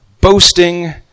boasting